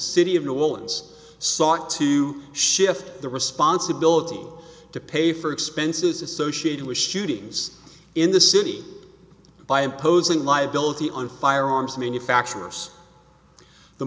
city of new orleans sought to shift the responsibility to pay for expenses associated with shootings in the city by imposing liability on firearms manufacturers the